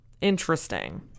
Interesting